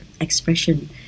expression